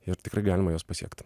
ir tikrai galima juos pasiekti